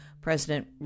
President